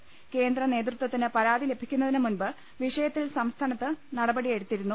ക്രേന്ദ്ര നേ തൃ ത്യത്തിന് പരാതി ലഭിക്കുന്നതിന് മുമ്പ് വിഷയത്തിൽ സംസ്ഥാനത്ത് നടപടിയെടുത്തിരുന്നു